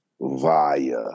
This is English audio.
Via